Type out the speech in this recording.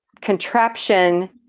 contraption